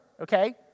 okay